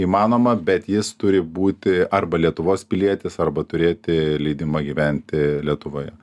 įmanoma bet jis turi būti arba lietuvos pilietis arba turėti leidimą gyventi lietuvoje